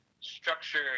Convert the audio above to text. structure